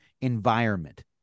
environment